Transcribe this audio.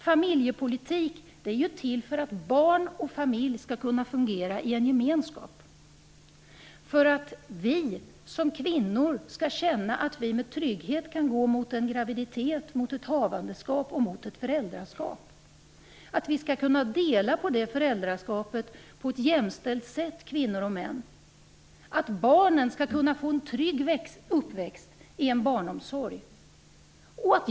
Familjepolitik är ju till för att barn och familj skall kunna fungera i en gemenskap, att vi som kvinnor skall känna att vi med trygghet kan gå mot en graviditet och ett föräldraskap och att föräldraskapet skall kunna delas jämlikt mellan kvinnor och män. Barnen skall kunna få en trygg uppväxt i barnomsorgen.